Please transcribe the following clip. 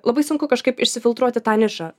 labai sunku kažkaip išsifiltruoti tą nišą